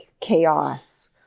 chaos